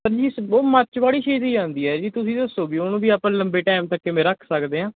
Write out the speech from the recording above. ਜਾਂਦੀ ਹੈ ਜੀ ਤੁਸੀਂ ਦੱਸੋ ਵੀ ਉਹਨੂੰ ਵੀ ਆਪਾਂ ਲੰਬੇ ਟਾਈਮ ਤੱਕ ਕਿਵੇਂ ਰੱਖ ਸਕਦੇ ਹਾਂ